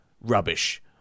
rubbish